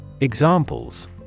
Examples